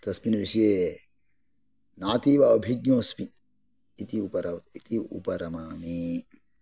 तस्मिन् विषये नातीव अभिज्ञो अस्मि इति उपरमामि